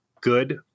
good